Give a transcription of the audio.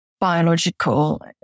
biological